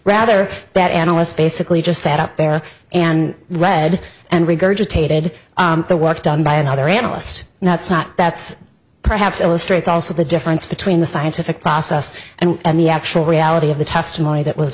rather that analysts basically just sat up there and read and regurgitated the work done by another analyst and that's not that's perhaps illustrates also the difference between the scientific process and the actual reality of the testimony that was